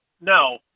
no